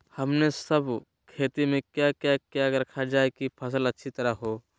हमने सब खेती में क्या क्या किया रखा जाए की फसल अच्छी तरह होई?